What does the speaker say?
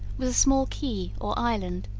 was a small key or island,